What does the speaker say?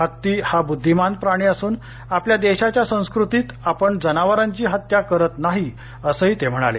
हत्ती हा बुद्वीमान प्राणी असून आपल्या देशाच्या संस्कृतीत आपण जनावारांची हत्या करत नाही असंही ते म्हणाले